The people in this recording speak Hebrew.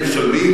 הם משלמים,